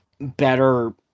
better